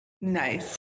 Nice